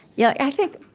yeah, i think,